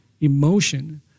emotion